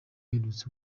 aherutse